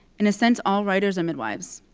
in a sense, all writers are midwives,